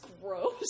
gross